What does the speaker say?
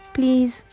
Please